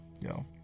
Yo